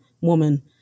woman